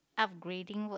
upgrading work